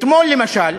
אתמול למשל,